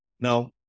Now